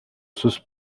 sus